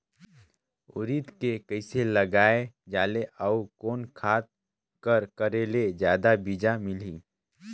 उरीद के कइसे लगाय जाले अउ कोन खाद कर करेले जादा बीजा मिलही?